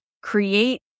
create